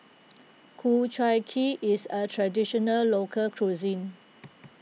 Ku Chai Kuih is a Traditional Local Cuisine